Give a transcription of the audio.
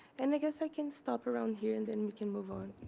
and i guess i can stop around here and and we can move on.